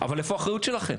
אבל איפה האחריות שלכם?